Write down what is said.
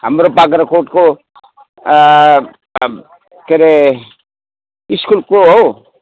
हाम्रो बाग्राकोटको के अरे स्कुलको हौ